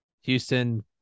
Houston